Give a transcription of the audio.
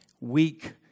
weak